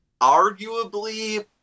arguably